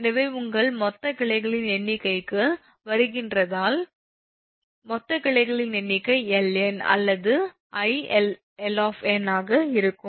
எனவே உங்கள் மொத்த கிளைகளின் எண்ணிக்கைக்கு வருகிறதென்றால் மொத்த கிளைகளின் எண்ணிக்கை 𝐿𝑁 அது 𝐼 𝐿𝑁 யாக இருக்கும்